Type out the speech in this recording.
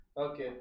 okay